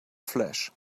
flesh